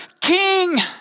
king